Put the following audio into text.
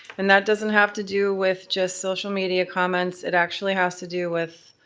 and that doesn't have to do with just social media comments. it actually has to do with,